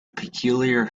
peculiar